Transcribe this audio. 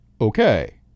Okay